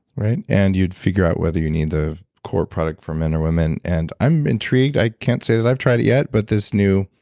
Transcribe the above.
right? and you'd figure out whether you need the core product for men or women. and i'm intrigued, i can't say that i've tried it yet, but this new